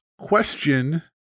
Question